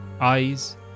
Eyes